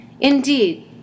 Indeed